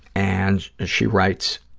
and she writes,